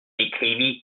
écrivit